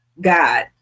God